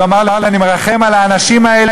אז הוא אמר לי: אני מרחם על האנשים האלה,